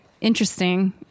interesting